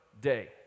day